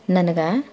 ನನಗ